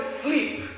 sleep